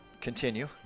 continue